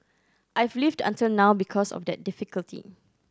I've lived until now because of that difficulty